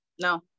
no